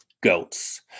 goats